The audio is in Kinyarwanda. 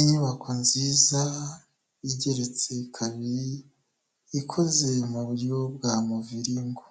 Inyubako nziza igeretse kabiri ikoze mu buryo bwa muviringu,